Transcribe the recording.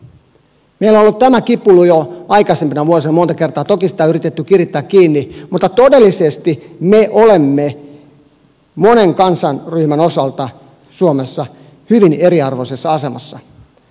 meillä on ollut tämä kipuilu jo aikaisempina vuosina monta kertaa toki sitä on yritetty kirittää kiinni mutta todellisesti me olemme monen kansanryhmän osalta suomessa hyvin eriarvoisessa asemassa